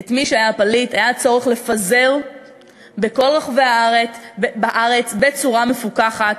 את מי שהם פליטים צריך לפזר בכל רחבי הארץ בצורה מפוקחת,